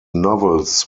novels